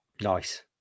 Nice